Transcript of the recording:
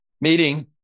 meeting